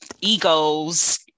egos